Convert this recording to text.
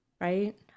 right